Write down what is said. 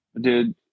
dude